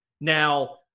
Now